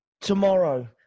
Tomorrow